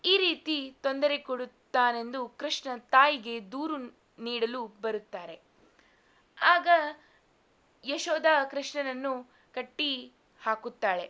ಈ ರೀತಿ ತೊಂದರೆ ಕೊಡುತ್ತಾನೆಂದು ಕೃಷ್ಣನ ತಾಯಿಗೆ ದೂರು ನೀಡಲು ಬರುತ್ತಾರೆ ಆಗ ಯಶೋಧ ಕೃಷ್ಣನನ್ನು ಕಟ್ಟಿ ಹಾಕುತ್ತಾಳೆ